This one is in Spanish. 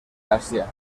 asia